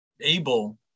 able